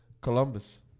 Columbus